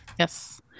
Yes